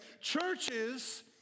Churches